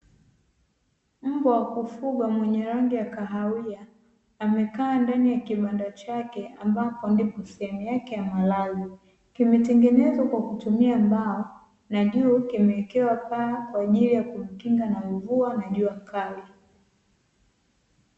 Mbwa wa kufugwa mwenye rangi ya kahawia amekaa ndani ya kibanda chake ambapo ndipo sehemu yake ya malazi, kimetengenezwa kwa kutumia mbao na juu kimewekewa paa kwa ajili ya kujikinga na mvua na jua kali.